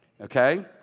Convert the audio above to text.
okay